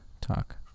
Talk